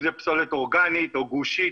אם זה פסולת אורגנית או גושית,